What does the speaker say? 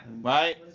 right